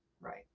Right